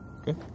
Okay